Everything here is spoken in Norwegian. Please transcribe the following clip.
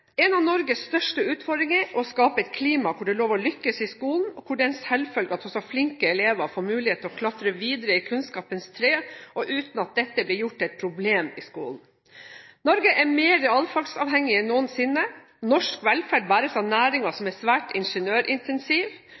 En av Norges største utfordringer er å skape et klima hvor det er lov til å lykkes i skolen, og hvor det er en selvfølge at også flinke elever får mulighet til å klatre videre i kunnskapens tre uten at dette blir gjort til et problem i skolen. Norge er mer realfagsavhengig enn noensinne. Norsk velferd bæres av næringer som er svært